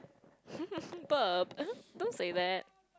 don't say that